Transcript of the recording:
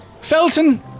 Felton